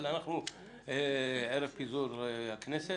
אבל אנחנו ערב פיזור הכנסת